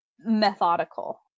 methodical